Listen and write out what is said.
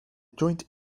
joint